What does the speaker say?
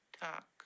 talk